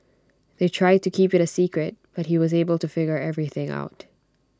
they tried to keep IT A secret but he was able to figure everything out